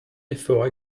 effort